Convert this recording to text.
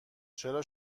چرا